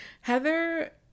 Heather